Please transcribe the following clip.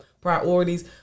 priorities